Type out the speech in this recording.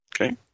Okay